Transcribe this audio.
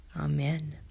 Amen